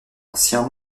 ancien